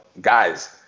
guys